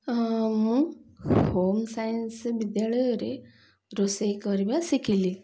ହଁ ମୁଁ home science ବିଦ୍ୟାଳୟରେ ରୋଷେଇ କରିବା ଶିଖିଲି